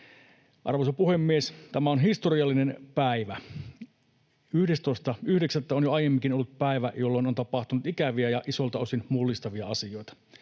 Arvoisa puhemies! Tämä on historiallinen päivä. 11.9. on jo aiemminkin ollut päivä, jolloin on tapahtunut ikäviä ja isolta osin mullistavia asioita,